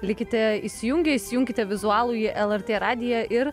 likite įsijungę įsijunkite vizualųjį lrt radiją ir